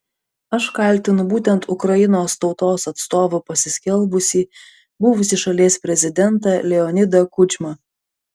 aš kaltinu būtent ukrainos tautos atstovu pasiskelbusį buvusį šalies prezidentą leonidą kučmą